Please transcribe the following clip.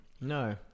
No